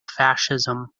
fascism